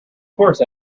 course